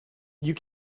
you